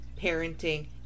parenting